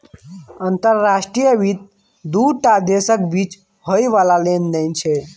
अंतर्राष्ट्रीय वित्त दू टा देशक बीच होइ बला लेन देन छै